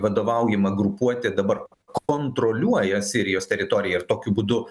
vadovaujama grupuotė dabar kontroliuoja sirijos teritoriją ir tokiu būdu